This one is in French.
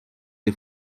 des